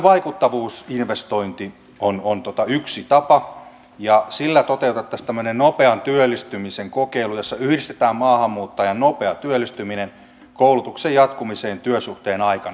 tämmöinen vaikuttavuusinvestointi on yksi tapa ja sillä toteutettaisiin tämmöinen nopean työllistymisen kokeilu jossa yhdistetään maahanmuuttajan nopea työllistyminen koulutuksen jatkumiseen työsuhteen aikana